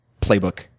playbook